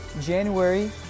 January